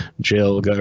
jill